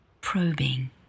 probing